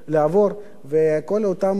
וכל אותן הקומבינות,